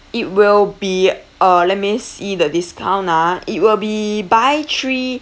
it will be uh let me see the discount ah it will be buy three